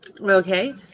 Okay